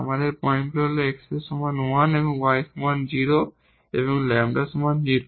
আমাদের পয়েন্টগুলো হল x এর সমান 1 y সমান 0 এবং λ এর সমান 0